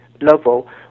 level